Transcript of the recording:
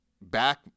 back